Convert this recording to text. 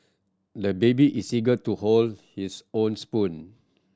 the baby is eager to hold his own spoon